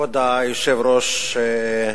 כבוד היושב-ראש,